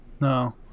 No